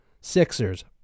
Sixers